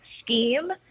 scheme